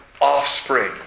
Offspring